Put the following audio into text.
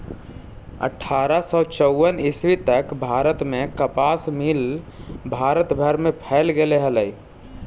अट्ठारह सौ चौवन ईस्वी तक भारत में कपास मिल भारत भर में फैल गेले हलई